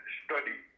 study